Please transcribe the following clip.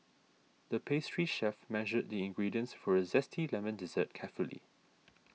the pastry chef measured the ingredients for a Zesty Lemon Dessert carefully